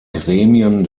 gremien